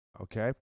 okay